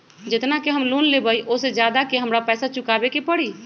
जेतना के हम लोन लेबई ओ से ज्यादा के हमरा पैसा चुकाबे के परी?